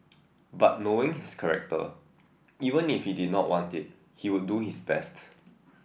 but knowing his character even if he did not want it he would do his best